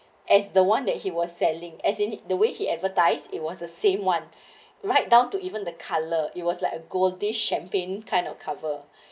as the one that he was selling as in the way he advertised it was the same one right down to even the colour it was like a goldfish champagne kind of cover